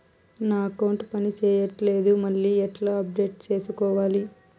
నా అకౌంట్ పని చేయట్లేదు మళ్ళీ ఎట్లా అప్డేట్ సేసుకోవాలి?